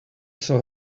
saw